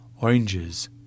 oranges